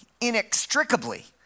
inextricably